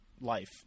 life